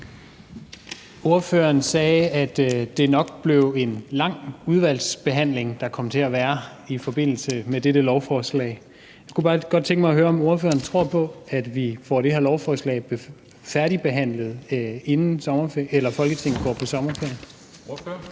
Ordføreren sagde, at det nok blev en lang udvalgsbehandling, der kom til at være i forbindelse med dette lovforslag. Jeg kunne faktisk godt tænke mig at høre, om ordføreren tror på, at vi får det her lovforslag færdigbehandlet, inden Folketinget går på sommerferie.